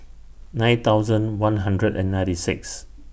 nine thousand one hundred and ninety six